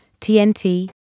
TNT